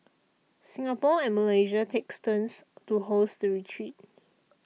Singapore and Malaysia takes turns to host the retreat